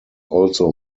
also